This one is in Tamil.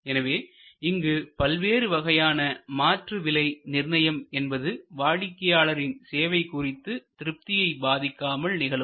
எனவே இங்கு பல்வேறு வகையான மாற்று விலை நிர்ணயம் என்பது வாடிக்கையாளரின் சேவை குறித்து திருப்தியை பாதிக்காமல் நிகழும்